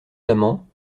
amants